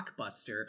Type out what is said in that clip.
blockbuster